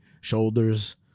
shoulders